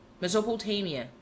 Mesopotamia